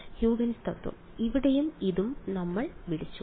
Huygens തത്വം ഇവിടെയും ഇതും നമ്മൾ വിളിച്ചു